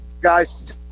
guys